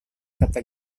kata